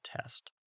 test